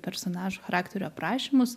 personažų charakterių aprašymus